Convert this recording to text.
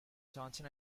johnson